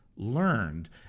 learned